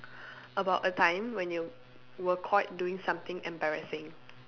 about a time when you were caught doing something embarrassing